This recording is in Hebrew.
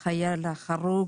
משפחת החייל ההרוג.